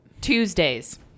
tuesdays